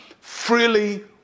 freely